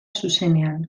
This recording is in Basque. zuzenean